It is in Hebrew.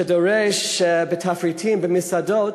שדורשת שתופיע בתפריטים במסעדות